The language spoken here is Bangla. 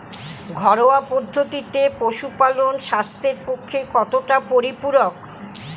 ঘরোয়া পদ্ধতিতে পশুপালন স্বাস্থ্যের পক্ষে কতটা পরিপূরক?